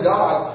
God